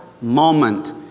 moment